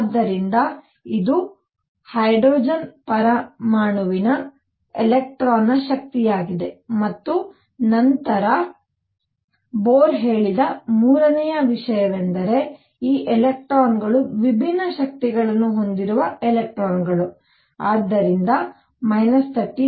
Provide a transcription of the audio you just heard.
ಆದ್ದರಿಂದ ಇದು ಹೈಡ್ರೋಜನ್ ಪರಮಾಣುವಿನ ಎಲೆಕ್ಟ್ರಾನ್ನ ಶಕ್ತಿಯಾಗಿದೆ ಮತ್ತು ನಂತರ ಬೋರ್ ಹೇಳಿದ ಮೂರನೆಯ ವಿಷಯವೆಂದರೆ ಈ ಎಲೆಕ್ಟ್ರಾನ್ಗಳು ವಿಭಿನ್ನ ಶಕ್ತಿಗಳನ್ನು ಹೊಂದಿರುವ ಎಲೆಕ್ಟ್ರಾನ್ಗಳು ಆದ್ದರಿಂದ 13